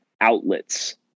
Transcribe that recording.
outlets